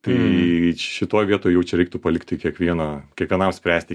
tai šitoj vietoj jau čia reiktų palikti kiekvieną kiekvienam spręsti